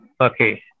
Okay